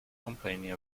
complaining